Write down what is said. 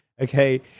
Okay